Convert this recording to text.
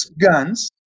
guns